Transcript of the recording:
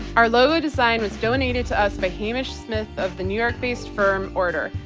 our logo design was donated to us by hamish smith of the new york-based firm order.